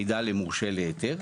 מידע למורשה להיתר,